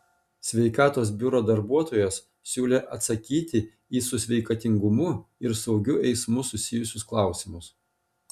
sveikatos biuro darbuotojos siūlė atsakyti į su sveikatingumu ir saugiu eismu susijusius klausimus